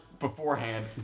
Beforehand